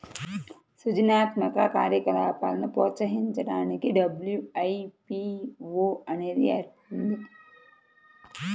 సృజనాత్మక కార్యకలాపాలను ప్రోత్సహించడానికి డబ్ల్యూ.ఐ.పీ.వో అనేది ఏర్పడింది